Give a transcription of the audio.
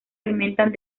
alimentan